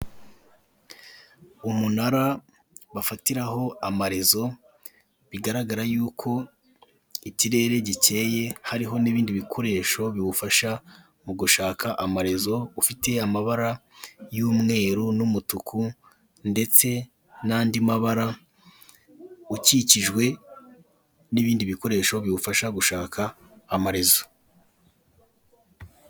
Umunara bafatiraho amarezo bigaragara y'uko ikirere gicyeye hariho n'ibindi bikoresho biwufasha mu gushaka amarezo, ufite amabara y'umweru n'umutuku ndetse n'andi mabara, ukikijwe n'ibindi bikoresho biwufasha gushaka amarezo.